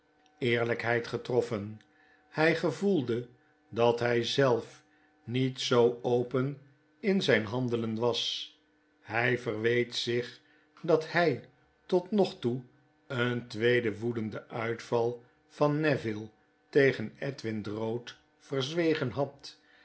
eerlijkheid getroffen hij gevoelde dat hij zelf niet zoo open in zijn handelen was hij verweet zich dat hij tot nog toe een tweeden woedenden uitval van neville tegen edwin drood verzwegen had